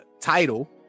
title